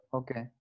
okay